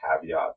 caveat